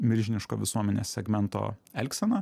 milžiniško visuomenės segmento elgsena